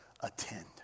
attend